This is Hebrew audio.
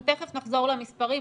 אנחנו תיכף נחזור למספרים,